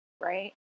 right